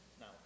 No